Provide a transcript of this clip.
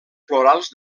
florals